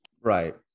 Right